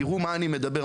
תראו על מה אני מדבר,